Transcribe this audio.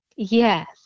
Yes